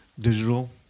digital